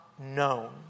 Known